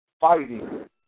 fighting